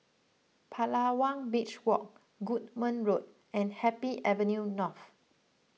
Palawan Beach Walk Goodman Road and Happy Avenue North